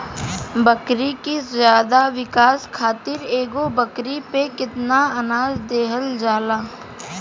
बकरी के ज्यादा विकास खातिर एगो बकरी पे कितना अनाज देहल जाला?